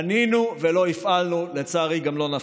בנינו ולא הפעלנו, לצערי גם לא נפעיל.